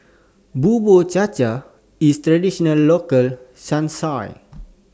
Bubur Cha Cha IS A Traditional Local Son